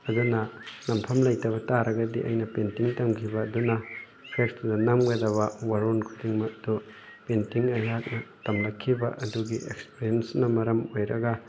ꯑꯗꯨꯅ ꯅꯝꯐꯝ ꯂꯩꯇꯕ ꯇꯥꯔꯒꯗꯤ ꯑꯩꯅ ꯄꯦꯟꯇꯤꯡ ꯇꯝꯈꯤꯕ ꯑꯗꯨꯅ ꯐ꯭ꯂꯦꯛꯁꯇꯨꯗ ꯅꯝꯒꯗꯕ ꯋꯥꯔꯣꯜ ꯈꯨꯗꯤꯡꯃꯛ ꯇꯨ ꯄꯦꯟꯇꯤꯡ ꯑꯩꯍꯥꯛꯅ ꯇꯝꯂꯛꯈꯤꯕ ꯑꯗꯨꯒꯤ ꯑꯦꯛꯁꯄ꯭ꯔꯦꯟꯁꯅ ꯃꯔꯝ ꯑꯣꯏꯔꯒ